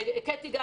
גם קטי,